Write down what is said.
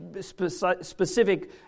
specific